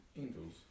angels